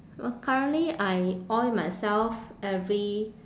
currently I oil myself every